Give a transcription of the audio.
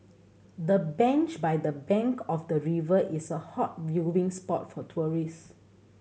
the bench by the bank of the river is a hot viewing spot for tourist